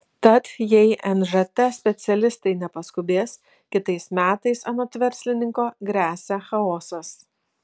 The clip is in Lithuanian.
tad jei nžt specialistai nepaskubės kitais metais anot verslininko gresia chaosas